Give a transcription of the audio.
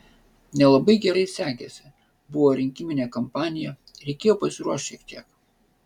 nelabai gerai sekėsi buvo rinkiminė kampanija reikėjo pasiruošt šiek tiek